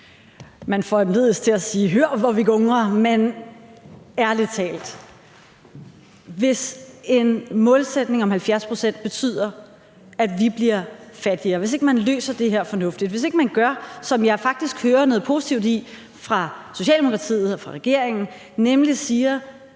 Man foranlediges til at sige: Hør, hvor vi gungrer. Men ærlig talt, hvis en målsætning om 70 pct. betyder, at vi bliver fattigere, altså hvis ikke man løser det her fornuftigt, ville det jo være tudetosset. Her hører jeg faktisk noget positivt fra Socialdemokratiet, fra regeringen, nemlig at